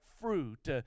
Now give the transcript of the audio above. fruit